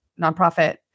nonprofit